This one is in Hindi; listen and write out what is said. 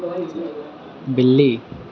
बिल्ली